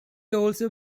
also